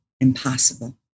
impossible